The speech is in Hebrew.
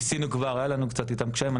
ניסינו כבר והיו לנו קצת איתם קשיים.